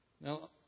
Now